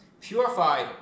purified